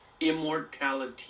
immortality